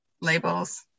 labels